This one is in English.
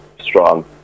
strong